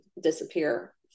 disappear